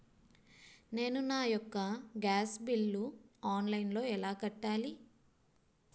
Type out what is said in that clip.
నేను నా యెక్క గ్యాస్ బిల్లు ఆన్లైన్లో ఎలా కట్టాలి?